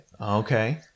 okay